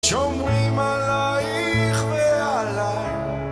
שומרים עלייך ועליי.